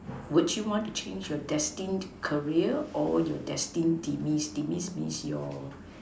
would you want to change your destined career or your destined demise demise means your